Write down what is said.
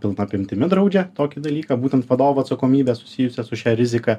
pilna apimtimi draudžia tokį dalyką būtent vadovo atsakomybę susijusią su šia rizika